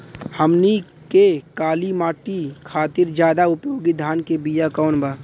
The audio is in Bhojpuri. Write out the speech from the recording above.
हमनी के काली माटी खातिर ज्यादा उपयोगी धान के बिया कवन बा?